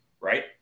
right